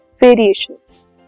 Variations